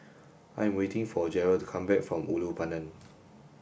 I'm waiting for Jeryl to come back from Ulu Pandan